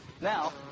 Now